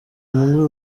muri